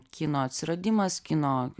kino atsiradimas kino